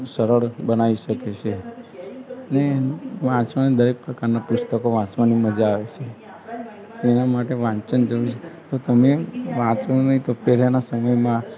સરળ બનાવી શકે છે અને વાંચન દરેક પ્રકારના પુસ્તકો વાંચવાની મજા આવે છે તેનાં માટે વાંચન જરૂરી છે તો તમે વાંચો નહીં તો પહેલાંના સમયમાં